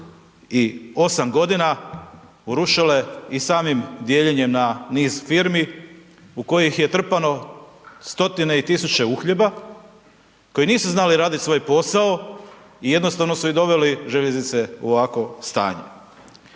28 godine urušile i samim dijeljenjem na niz firmi u koji ih je trpano stotine i tisuće uhljeba, koji nisu znali raditi svoj posao i jednostavno su i doveli željeznice u ovakvo stanje.